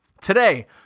today